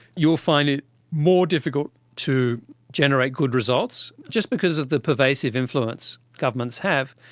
you will find it more difficult to generate good results, just because of the pervasive influence governments have.